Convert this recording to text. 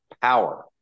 power